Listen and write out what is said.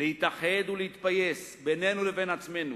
להתאחד ולהתפייס בינינו לבין עצמנו,